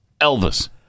Elvis